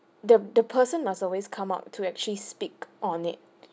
the the person must always come up to actually speak on it